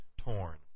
torn